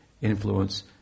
influence